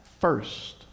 first